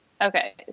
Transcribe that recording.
Okay